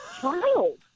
child